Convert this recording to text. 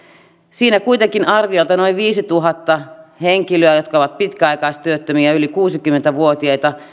siinä kuitenkin arviolta noin viisituhatta henkilöä jotka ovat pitkäaikaistyöttömiä ja yli kuusikymmentä vuotiaita